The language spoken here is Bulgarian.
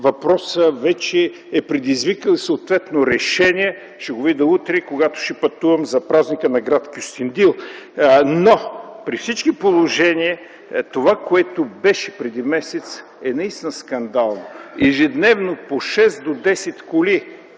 че той вече е предизвикал съответно решение, ще го видя утре, когато ще пътувам за празника на гр. Кюстендил, но при всички положения това, което беше преди месец, е наистина скандално. Ежедневно по 6-10 коли